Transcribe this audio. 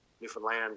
Newfoundland